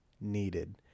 needed